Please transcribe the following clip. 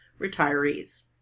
retirees